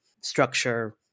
structure